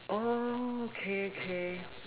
oh okay okay